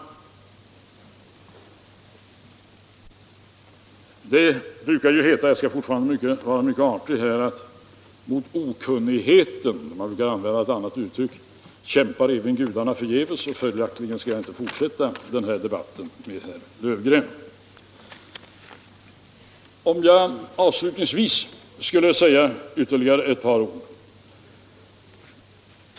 Det brukar ju heta att mot okunnigheten — man brukar använda ett annat uttryck, men jag skall fortfarande vara mycket artig — kämpar även gudarna förgäves. Följaktligen skall jag inte fortsätta den här debatten med herr Löfgren. Låt mig avslutningsvis säga ytterligare ett par ord.